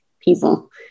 people